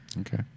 Okay